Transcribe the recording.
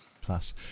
plus